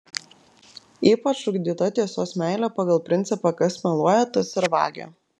ypač ugdyta tiesos meilė pagal principą kas meluoja tas ir vagia